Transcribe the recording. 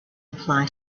apply